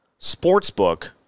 sportsbook